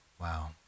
Wow